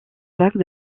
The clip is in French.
vague